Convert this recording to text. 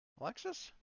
Alexis